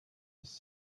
was